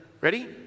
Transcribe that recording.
Ready